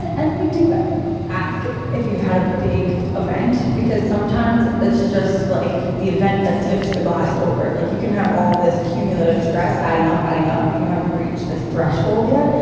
and and we do ask if you've had a big event, because sometimes it's just like the event that tips the glass over. like you can have all this cumulative stress adding up, adding up, and you haven't reached this threshold yet,